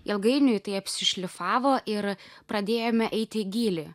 ilgainiui tai apsišlifavo ir pradėjome eiti į gylį